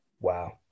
Wow